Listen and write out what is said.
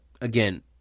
again